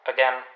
Again